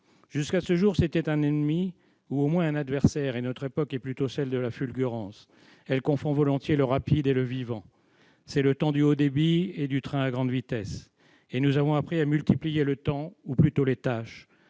Jusqu'à ce jour, le temps était un ennemi, du moins un adversaire. Notre époque, qui est plutôt celle de la fulgurance, confond volontiers le rapide et le vivant. Nous vivons au temps du haut débit et du train à grande vitesse. Nous avons même appris à multiplier le temps, ou plutôt les tâches